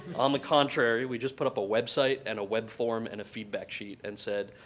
on the contrary, we just put up a website and a web form and a feedback sheet and said,